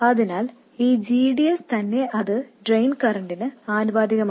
അതിനാൽ ഈ gds തന്നെ അത് ഡ്രെയിൻ കറന്റിന് ആനുപാതികമാണ്